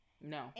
no